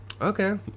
Okay